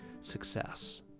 success